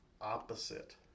Opposite